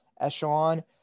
echelon